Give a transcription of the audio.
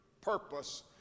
purpose